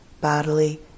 bodily